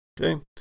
Okay